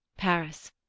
paris,